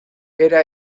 era